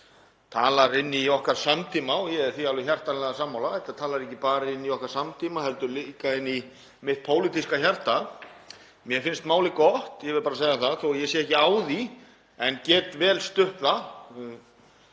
þetta talar inn í okkar samtíma og ég er því alveg hjartanlega sammála. Þetta talar ekki bara inn í okkar samtíma heldur líka inn í mitt pólitíska hjarta. Mér finnst málið gott, ég verð bara að segja það, þó að ég sé ekki á því en get vel stutt það